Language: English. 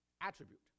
attribute